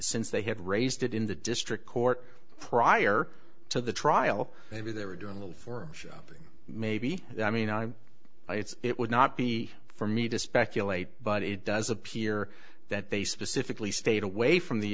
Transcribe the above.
since they had raised it in the district court prior to the trial maybe they were doing little for shopping maybe i mean it's it would not be for me to speculate but it does appear that they specifically stayed away from the